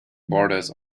borders